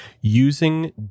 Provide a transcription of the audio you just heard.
using